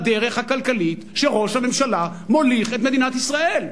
בדרך הכלכלית שראש הממשלה מוליך את מדינת ישראל?